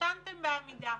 ישנתם בעמידה.